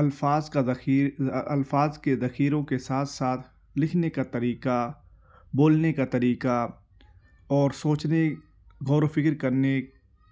الفاظ کا الفاظ کے ذخیروں کے ساتھ ساتھ لکھنے کا طریقہ بولنے کا طریقہ اور سوچنے غور و فکر کرنے